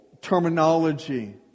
terminology